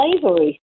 slavery